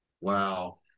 Wow